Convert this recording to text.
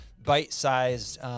bite-sized